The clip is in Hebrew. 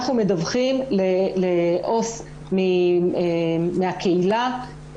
אנחנו מדווחים לעו"ס מהקהילה,